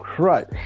right